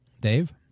Dave